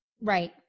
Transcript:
right